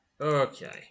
Okay